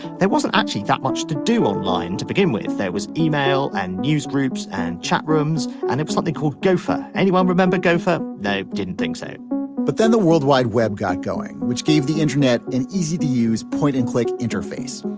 there wasn't actually that much to do online to begin with. there was email and newsgroups and chat rooms and it was something called gopher. anyone remember gopher. no i didn't think so but then the worldwide web got going. which gave the internet an easy to use point and click interface.